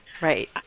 Right